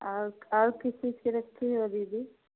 आप आप किस चीज़ के रखते हो दीदी